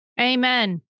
Amen